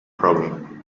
problem